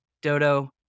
dodo